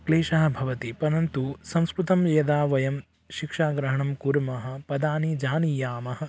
क्लेशः भवति परन्तु संस्कृतं यदा वयं शिक्षाग्रहणं कुर्मः पदानि जानीमः